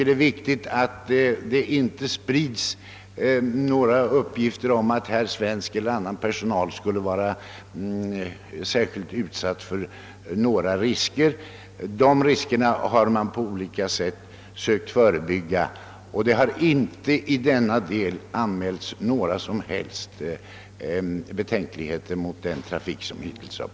Det är viktigt att det inte sprides oriktiga uppgifter om att svensk eller annan personal är särskilt utsatt för risker. Man har nämligen på olika sätt sökt förebygga alla risker; och det har inte heller anmälts några betänkligheter mot den trafik som hittills pågått.